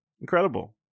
Incredible